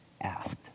asked